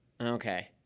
Okay